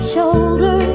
shoulder